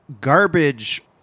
garbage